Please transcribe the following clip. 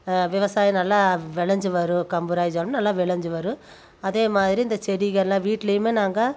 விவசாயம் நல்லா விளஞ்சி வரும் கம்பு ராகி சோளம் நல்லா விளைஞ்சி வரும் அதே மாதிரி இந்த செடிகளில் வீட்லேயுமே நாங்கள்